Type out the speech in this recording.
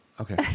Okay